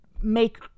make